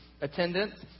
attendance